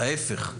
ההיפך,